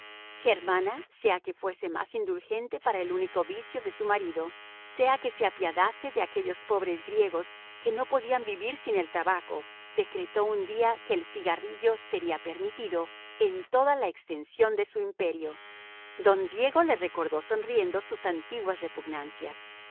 germana sea que fuese más indulgente para el único vicio de su marido sea que se apiadase de aquellos pobres griegos que no podían vivir sin el tabaco decretó un día que el cigarrillo sería permitido en toda la extensión de su imperio don diego le recordó sonriendo sus antiguas repugnancias